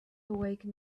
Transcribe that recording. awaken